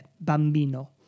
Bambino